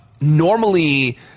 normally –